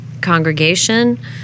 congregation